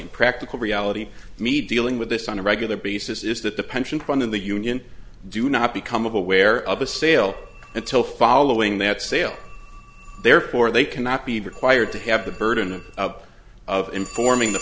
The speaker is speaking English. and practical reality meet dealing with this on a regular basis is that the pension fund in the union do not become aware of a sale until following that sale therefore they cannot be required to have the burden of informing the